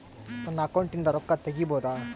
ನನ್ನ ಅಕೌಂಟಿಂದ ರೊಕ್ಕ ತಗಿಬಹುದಾ?